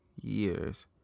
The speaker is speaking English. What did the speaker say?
years